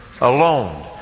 alone